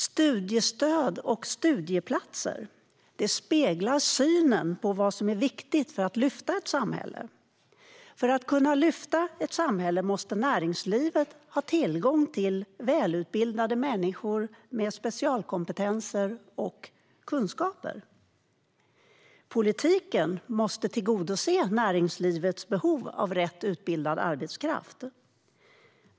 Studieplatser och studiestöd speglar synen på vad som är viktigt för att lyfta ett samhälle. För att kunna lyfta ett samhälle måste näringslivet ha tillgång till välutbildade människor med specialkompetenser och kunskaper. Politiken måste tillgodose näringslivets behov av rätt utbildad arbetskraft.